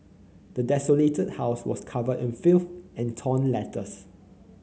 the desolated house was covered in filth and torn letters